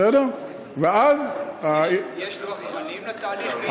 יש לוח זמנים לתהליך?